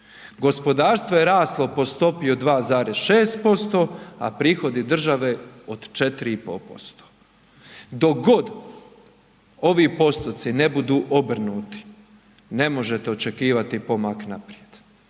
Gospodarstvo je raslo po stopi od 2,6%, a prihodi države od 4,5%. Dok god ovi postoci ne budu obrnuti, ne možete očekivati pomak naprijed.